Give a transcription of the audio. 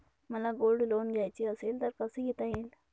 मला gold loan घ्यायचे असेल तर कसे घेता येईल?